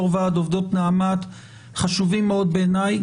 יו"ר ועד עובדות נעמ"ת חשובים מאד בעיניי.